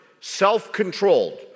self-controlled